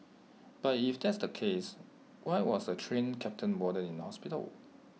but if that's the case why was the Train Captain warded in hospital